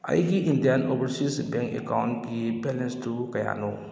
ꯑꯩꯒꯤ Indian overseas bank ꯑꯦꯀꯥꯎꯟꯀꯤ ꯕꯦꯂꯦꯟꯁꯇꯨ ꯀꯌꯥꯅꯣ